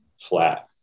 flat